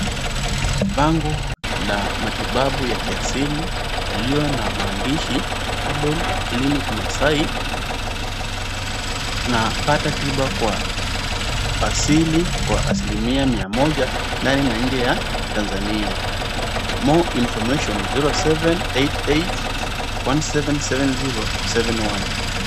Bango la matibabu ya kiasili yaliyo na maandishi Herbal Clinic Maasai . Napata tiba kwa asili kwa asilimia mia moja ndani na nje ya Tanzania. More information zero seven eight eight one seven seven zero seven one .